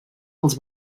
els